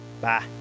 Bye